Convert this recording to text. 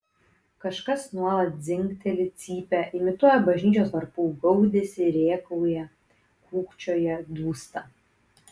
kažkas nuolat dzingteli cypia imituoja bažnyčios varpų gaudesį rėkauja kūkčioja dūsta